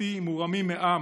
ומשפחתי מורמים מעם,